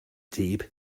deep